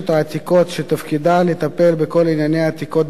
שתפקידה לטפל בכל ענייני העתיקות בישראל.